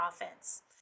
offense